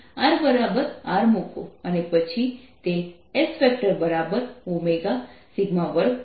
તેથી rR મૂકો અને પછી તે S 2Rsinθ30 થશે